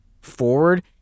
forward